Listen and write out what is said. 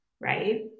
right